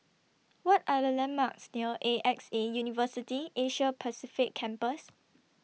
What Are The landmarks near A X A University Asia Pacific Campus